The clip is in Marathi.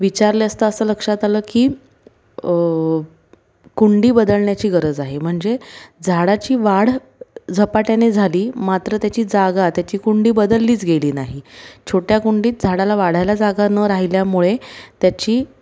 विचारले असता असं लक्षात आलं की कुंडी बदलण्याची गरज आहे म्हणजे झाडाची वाढ झपाट्याने झाली मात्र त्याची जागा त्याची कुंडी बदललीच गेली नाही छोट्या कुंडीत झाडाला वाढायला जागा न राहिल्यामुळे त्याची